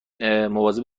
مواظب